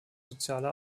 soziale